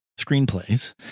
screenplays